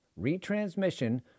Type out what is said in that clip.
retransmission